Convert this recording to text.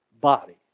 body